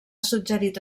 suggerit